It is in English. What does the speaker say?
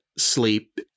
sleep